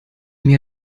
mir